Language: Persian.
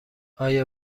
آیا